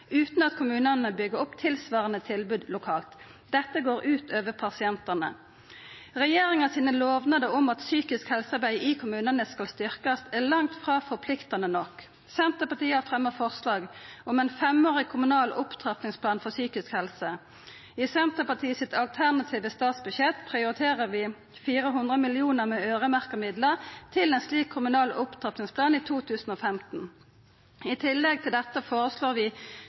utan at kommunane byggjer opp tilsvarande tilbod lokalt. Dette går ut over pasientane. Regjeringa sine lovnader om at psykisk helsearbeid i kommunane skal styrkjast, er langt frå forpliktande nok. Senterpartiet har fremja forslag om ein femårig kommunal opptrappingsplan for psykisk helse. I Senterpartiet sitt alternative statsbudsjett prioriterer vi 400 mill. kr med øyremerkte midlar til ein slik kommunal opptrappingsplan i 2015. I tillegg til dette føreslår vi